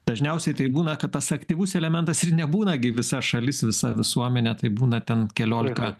dažniausiai tai ir būna kad tas aktyvus elementas ir nebūna gi visa šalis visa visuomenė tai būna ten keliolika